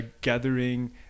gathering